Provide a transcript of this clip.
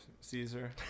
Caesar